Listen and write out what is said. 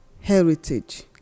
heritage